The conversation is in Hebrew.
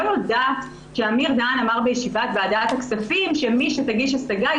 לא יודעת כי אמיר דהן אמר בישיבת ועדת הכספים שמי שתגיש השגה,